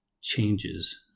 changes